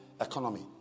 economy